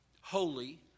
holy